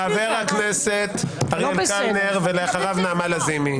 חבר הכנסת אריאל קלנר ולאחריו נעמה לזימי.